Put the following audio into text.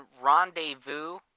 rendezvous